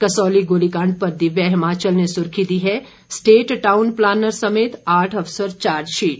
कसौली गोलीकांड पर दिव्य हिमाचल ने सुर्खी दी है स्टेट टाउन प्लानर समेत आठ अफसर चार्जशीट